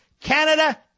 Canada